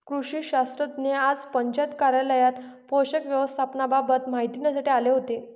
कृषी शास्त्रज्ञ आज पंचायत कार्यालयात पोषक व्यवस्थापनाबाबत माहिती देण्यासाठी आले होते